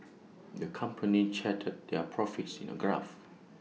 the company charted their profits in A graph